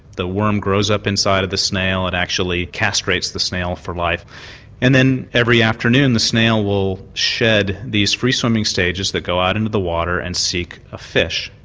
the worm grows up inside of the snail, it actually castrates the snail for life and then every afternoon the snail will shed these free-swimming stages that go out into the water and seek a fish.